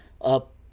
up